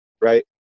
right